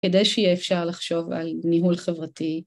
‫כדי שיהיה אפשר לחשוב ‫על ניהול חברתי.